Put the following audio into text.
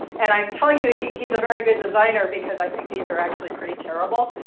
and i'm telling you that he's a very good designer because i think these are actually pretty terrible.